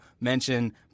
mention